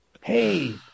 hey